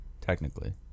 technically